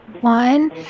one